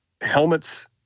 helmets